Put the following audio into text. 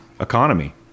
economy